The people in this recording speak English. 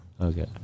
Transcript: Okay